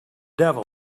devil